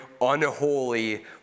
unholy